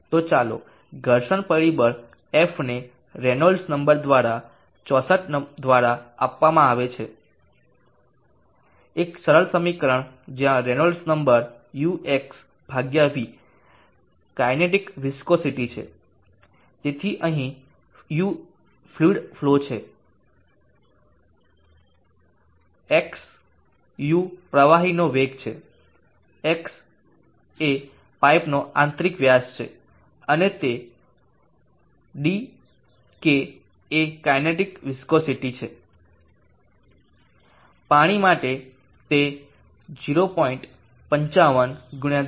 તો પછી ઘર્ષણ પરિબળ f ને રેનોલ્ડ્સ નંબર દ્વારા 64 દ્વારા આપવામાં આવે છે એક સરળ સમીકરણ જ્યાં Reynolds number ux υ kinetic viscosity છે તેથી અહીં u ફ્લુઇડ ફલો છે x u પ્રવાહીનો વેગ છે x છે પાઇપનો આંતરિક વ્યાસ અને તે d k એ કાઇનેટિક વિસ્કોસીટી છે અને પાણી માટે તે 0